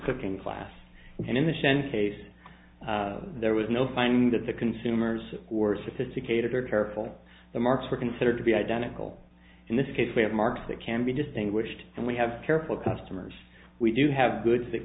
cooking class and in the shen case there was no finding that the consumers who are sophisticated are careful the marks are considered to be identical in this case we have marks that can be distinguished and we have careful customers we do have goods that